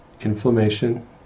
Inflammation